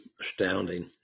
astounding